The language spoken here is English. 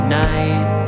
night